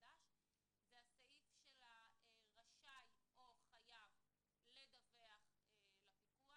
הסעיף של הרשאי או חייב לדווח לפיקוח.